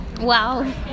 Wow